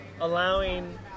allowing